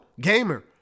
gamer